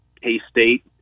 K-State